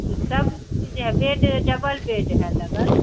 तो सब चीज़ है बेड डबल बेड है लगल